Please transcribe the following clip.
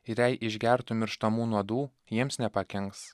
ir jei išgertų mirštamų nuodų jiems nepakenks